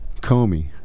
Comey